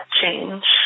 change